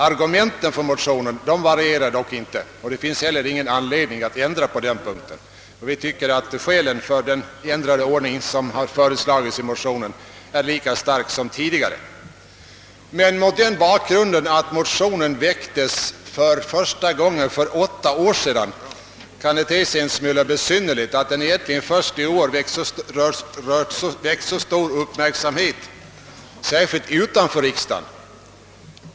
Argumenten för motionen varierar dock inte, och det finns heller ingen anledning att ändra något på den punkten. Vi tycker att skälen för den ändrade ordning som föreslagits i motionen är lika starka som tidigare. Mot bakgrunden av att motionen väcktes första gången för åtta år sedan kan det då te sig en smula besynnerligt att den egentligen först i år väckt så stor uppmärksamhet, särskilt utanför riksdagen.